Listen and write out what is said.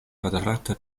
kvadrata